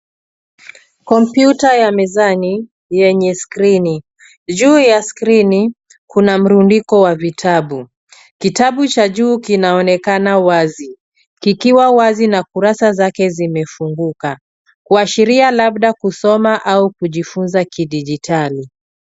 Kompyuta ya mezani yenye skrini, juu ya skrini kuna mrundiko wa vitabu. Kitabu cha juu kinaonekana wazi, kikiwa wazi na kurasa zake zimefunguku kuashiria labda kusoma au kujifunza kidijitali.